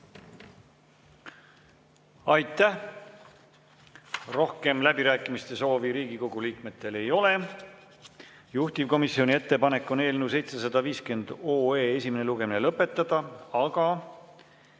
Aitäh! Rohkem läbirääkimiste soovi Riigikogu liikmetel ei ole. Juhtivkomisjoni ettepanek on eelnõu 750 esimene lugemine lõpetada, aga